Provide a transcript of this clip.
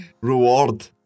reward